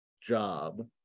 job